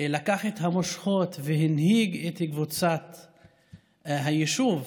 לקח את המושכות והנהיג את קבוצת היישוב,